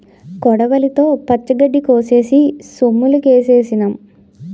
కొడవలితో పచ్చగడ్డి కోసేసి సొమ్ములుకేసినాం